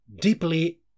deeply